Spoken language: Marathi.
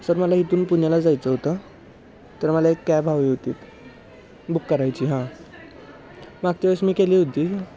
सर मला इथून पुण्याला जायचं होतं तर मला एक कॅब हवी होती बुक करायची आहे हां मागच्या वेळेस मी केली होती